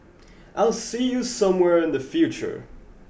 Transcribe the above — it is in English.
I'll see you somewhere in the future